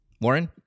Warren